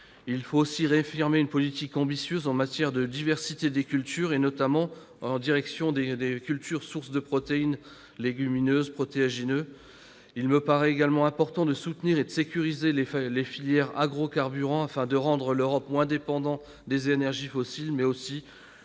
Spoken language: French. Il faut aussi réaffirmer une politique ambitieuse en matière de diversité des cultures, notamment en direction des cultures sources de protéines, des légumineuses et des protéagineux. Il me paraît également important de soutenir et de sécuriser les filières d'agrocarburants, afin de rendre l'Europe moins dépendante des énergies fossiles. Elles